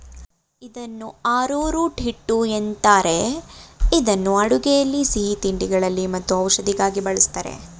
ಇದನ್ನು ಆರೋರೂಟ್ ಹಿಟ್ಟು ಏನಂತಾರೆ ಇದನ್ನು ಅಡುಗೆಯಲ್ಲಿ ಸಿಹಿತಿಂಡಿಗಳಲ್ಲಿ ಮತ್ತು ಔಷಧಿಗಾಗಿ ಬಳ್ಸತ್ತರೆ